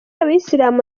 abayisilamu